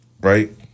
right